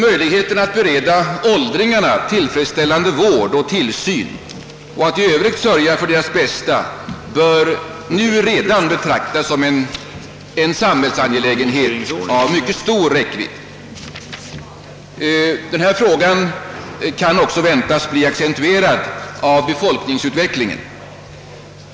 Möjligheten att bereda åldringarna tillfredsställande vård och tillsyn och i övrigt sörja för deras bästa bör redan nu betraktas som en samhällsangelägenhet av mycket stor räckvidd. Denna fråga kan väntas bli accentuerad av befolkningsutvecklingen.